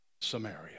Samaria